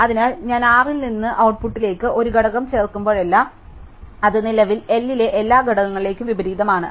അതിനാൽ ഞാൻ R ൽ നിന്ന് ഔട്ട്പുട്ടിലേക്ക് ഒരു ഘടകം ചേർക്കുമ്പോഴെല്ലാം അത് നിലവിൽ L ലെ എല്ലാ ഘടകങ്ങളിലേക്കും വിപരീതമാണ്